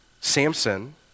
Samson